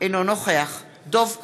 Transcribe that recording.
אינו נוכח דב חנין,